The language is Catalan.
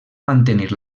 mantenir